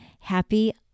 happy